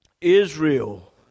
Israel